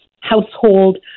household